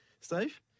Steve